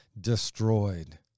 destroyed